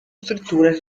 strutture